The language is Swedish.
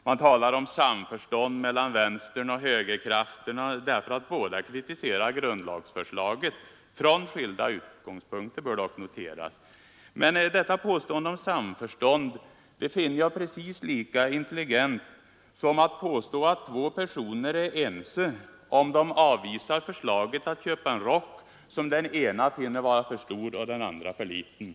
Det talas om samförstånd mellan vänsteroch högerkrafterna därför att båda kritiserar grundlagsförslaget — från skilda utgångspunkter bör dock noteras. Påståendet om samförstånd finner jag precis lika intelligent som att påstå att två personer är ense om de avvisar förslaget att köpa en rock som den ene finner för stor och den andre för liten.